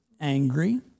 angry